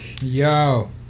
Yo